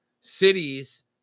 cities